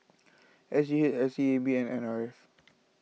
S G H S E A B and N R F